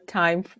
time